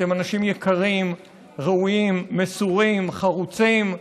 אתם אנשים יקרים, ראויים, מסורים, חרוצים.